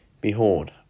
Behold